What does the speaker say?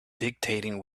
dictating